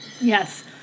yes